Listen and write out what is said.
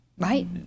Right